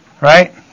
Right